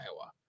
iowa